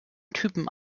typen